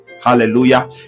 hallelujah